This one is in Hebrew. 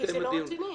כי זה לא רציני.